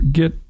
get